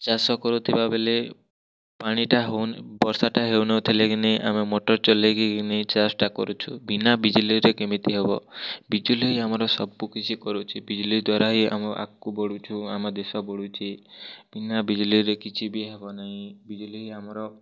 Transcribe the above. ଚାଷ କରୁଥିବା ବେଲେ ପାଣିଟା ହେଉନି ବର୍ଷାଟା ହେଉନଥିଲେ କିନି ଆମେ ମୋଟର୍ ଚଲାଇକିନି ଚାଷଟା କରୁଛୁ ବିନା ବିଜୁଳିରେ କେମିତି ହବ ବିଜୁଳି ହିଁ ଆମର ସବୁ କିଛି କରୁଛି ବିଜୁଳି ଦ୍ୱାରା ହିଁ ଆମେ ଆଗକୁ ବଢ଼ୁଛୁ ଆମ ଦେଶ ବଢ଼ୁଛି ବିନା ବିଜୁଳିରେ କିଛି ବି ହେବ ନାହିଁ ବିଜୁଳି ହିଁ ଆମର